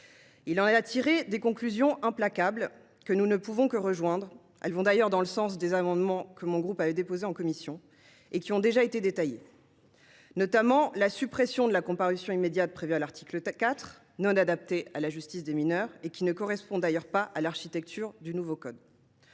Il en a tiré des conclusions implacables, que nous ne pouvons que rejoindre – elles vont d’ailleurs dans le sens des amendements que le groupe du RDSE avait déposés en commission –, et qui ont déjà été détaillées. Il a ainsi, notamment, supprimé la comparution immédiate prévue à l’article 4, laquelle n’est pas adaptée à la justice des mineurs et ne correspond d’ailleurs pas à l’architecture du nouveau code